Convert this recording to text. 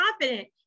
confident